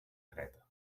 creta